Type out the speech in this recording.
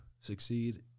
succeed